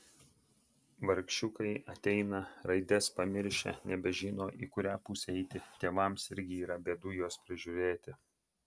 vargšiukai ateina raides pamiršę nebežino į kurią pusę eiti tėvams irgi yra bėdų juos prižiūrėti